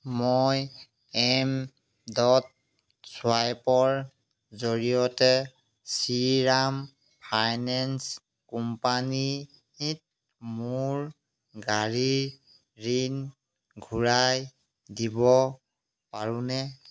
মই এম চুৱাইপৰ জৰিয়তে শ্ৰীৰাম ফাইনেন্স কোম্পানীত মোৰ গাড়ীৰ ঋণ ঘূৰাই দিব পাৰোঁনে